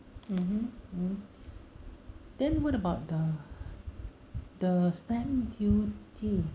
mmhmm mm then what about the the stamp duty